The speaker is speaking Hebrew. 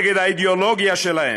נגד האידיאולוגיה שלהם,